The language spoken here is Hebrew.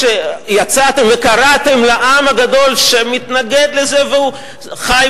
כשיצאתם וקראתם לעם הגדול שמתנגד לזה והוא חי